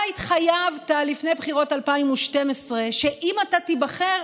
אתה התחייבת לפני בחירות 2012 שאם אתה תיבחר,